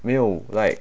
没有 like